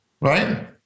right